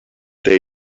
they